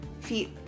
feet